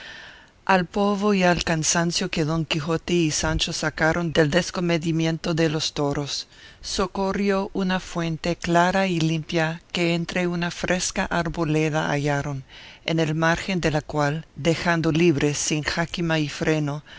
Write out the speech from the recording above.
al polvo y al cansancio que don quijote y sancho sacaron del descomedimiento de los toros socorrió una fuente clara y limpia que entre una fresca arboleda hallaron en el margen de la cual dejando libres sin jáquima y freno